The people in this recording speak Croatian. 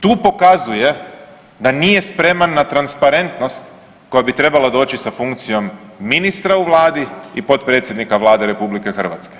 Tu pokazuje da nije spreman na transparentnost koja bi trebala doći sa funkcijom ministra u vladi i potpredsjednika Vlade RH.